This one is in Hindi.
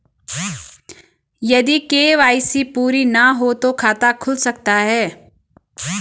यदि के.वाई.सी पूरी ना हो तो खाता खुल सकता है?